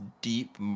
deep